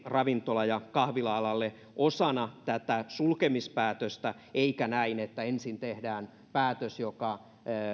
ravintola ja kahvila alalle osana tätä sulkemispäätöstä eikä näin että ensin tehdään päätös joka